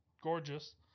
Gorgeous